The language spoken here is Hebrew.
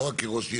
לא רק כראש עיר,